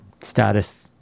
status